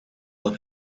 dan